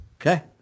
Okay